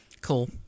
Cool